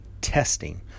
testing